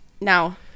now